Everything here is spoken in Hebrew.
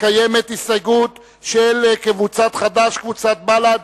קיימת הסתייגות של קבוצת חד"ש, קבוצת בל"ד